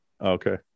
Okay